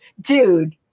dude